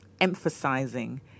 emphasizing